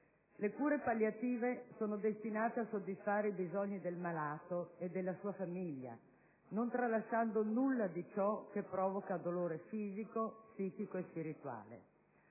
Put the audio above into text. Le cure palliative sono destinate a soddisfare i bisogni del malato e della sua famiglia, non tralasciando nulla di ciò che provoca dolore fisico, psichico e spirituale.